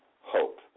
hope